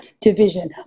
division